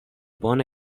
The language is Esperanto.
bona